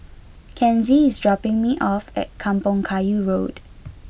Kenzie is dropping me off at Kampong Kayu Road